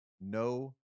No